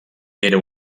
era